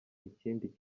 ikindi